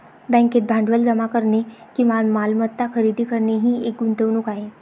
बँकेत भांडवल जमा करणे किंवा मालमत्ता खरेदी करणे ही एक गुंतवणूक आहे